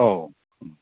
ओ